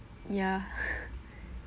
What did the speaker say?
ya